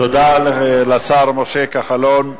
תודה לשר משה כחלון.